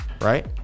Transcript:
right